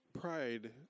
Pride